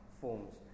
forms